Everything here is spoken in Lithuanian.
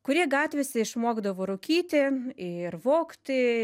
kurie gatvėse išmokdavo rūkyti ir vogti